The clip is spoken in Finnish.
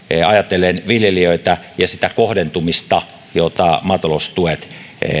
ajatellen viljelijöitä ja sitä kohdentumista jota maataloustuet